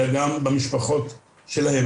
אלא גם במשפחות שלהם.